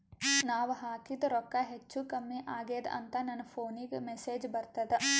ನಾವ ಹಾಕಿದ ರೊಕ್ಕ ಹೆಚ್ಚು, ಕಮ್ಮಿ ಆಗೆದ ಅಂತ ನನ ಫೋನಿಗ ಮೆಸೇಜ್ ಬರ್ತದ?